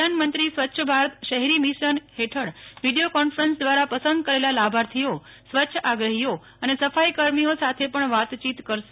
પ્રધાનમંત્રી સ્વચ્છ ભારત શહેરી મિશન હેઠળ વિડીયો કોન્ફરન્સ દ્વારા પસંદ કરેલા લાભાર્થીઓ સ્વચ્છાગ્રહીઓ અને સફાઈકર્મીઓ સાથે પણ વાતચીત કરશે